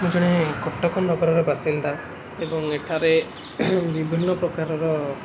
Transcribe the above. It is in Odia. ମୁଁ ଜଣେ କଟକ ନଗରର ବାସିନ୍ଦା ଏବଂ ବିଭିନ୍ନପ୍ରକାରର